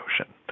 Ocean